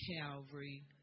calvary